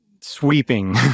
sweeping